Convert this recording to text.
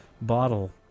bottle